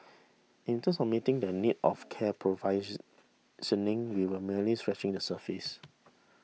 in terms of meeting the needs of care provision we were merely scratching the surface